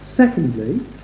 Secondly